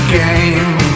game